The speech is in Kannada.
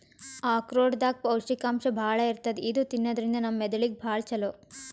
ಆಕ್ರೋಟ್ ದಾಗ್ ಪೌಷ್ಟಿಕಾಂಶ್ ಭಾಳ್ ಇರ್ತದ್ ಇದು ತಿನ್ನದ್ರಿನ್ದ ನಮ್ ಮೆದಳಿಗ್ ಭಾಳ್ ಛಲೋ